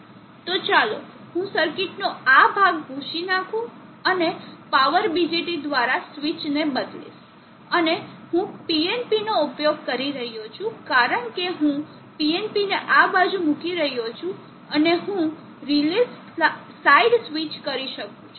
તો ચાલો હું સર્કિટનો આ ભાગ ભૂંસી નાખું અને પાવર BJT દ્વારા સ્વીચને બદલીશ અને હું PNP નો ઉપયોગ કરી રહ્યો છું કારણ કે હું PNP ને આ બાજુ મૂકી રહ્યો છું અને હું રીલે સાઇડ સ્વિચિંગ કરી શકું છું